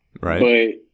right